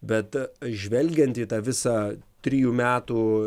bet žvelgiant į tą visą trijų metų